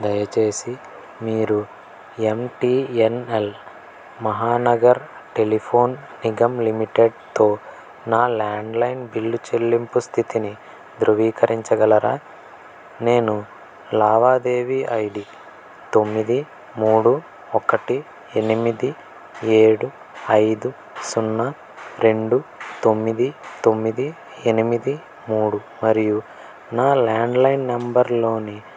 దయచేసి మీరు MTNL Mahanagar telephone Nigam లిమిటెడ్తో నా ల్యాండ్లైన్ బిల్లు చెల్లింపు స్థితిని ధృవీకరించగలరా నేను లావాదేవీ ఐడి తొమ్మిది మూడు ఒకటి ఎనిమిది ఏడు ఐదు సున్నా రెండు తొమ్మిది తొమ్మిది ఎనిమిది మూడు మరియు నా ల్యాండ్లైన్ నంబర్లోని